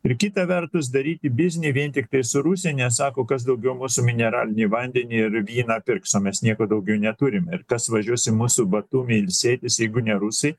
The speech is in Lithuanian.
ir kita vertus daryti biznį vien tiktai su rusija nes sako kas daugiau mūsų mineralinį vandenį ir vyną pirks o mes nieko daugiau neturim ir kas važiuos į mūsų batumį ilsėtis jeigu ne rusai